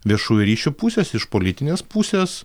viešųjų ryšių pusės iš politinės pusės